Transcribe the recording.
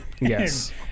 yes